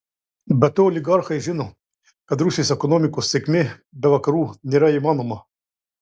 be to oligarchai žino kad rusijos ekonomikos sėkmė be vakarų nėra įmanoma